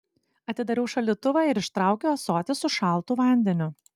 atidariau šaldytuvą ir ištraukiau ąsotį su šaltu vandeniu